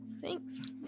Thanks